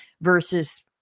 versus